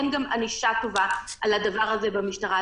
אין גם ענישה טובה על הדבר הזה במשטרה.